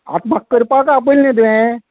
आतां म्हाका करपाक आपयल न्ही तुवें